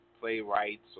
playwrights